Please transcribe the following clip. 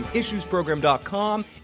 Issuesprogram.com